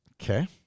Okay